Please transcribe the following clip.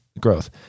growth